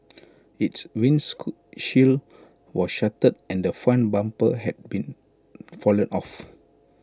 its windshield was shattered and the front bumper had been fallen off